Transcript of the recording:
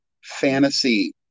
fantasy